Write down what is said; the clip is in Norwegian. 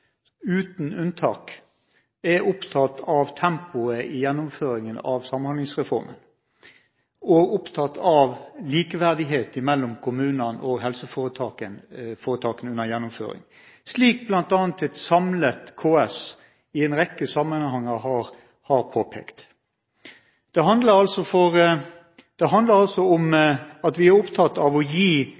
uten unntak, er opptatt av tempoet i gjennomføringen av Samhandlingsreformen, og opptatt av likeverdighet mellom kommunene og helseforetakene under gjennomføringen, slik bl.a. et samlet KS i en rekke sammenhenger har påpekt. Det handler altså om at vi er opptatt av å gi